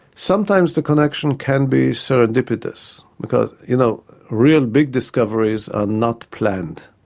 sometimes the connection can be serendipitous, because you know real big discoveries are not planned.